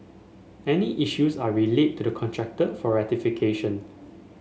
any issues are relayed to the contractor for rectification